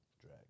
Drag